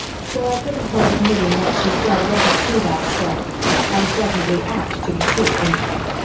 still, i couldn't help admitting what she said wasn't too bad a start unpleasantly apt to be true, at any rate.